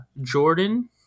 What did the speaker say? Jordan